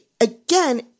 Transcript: again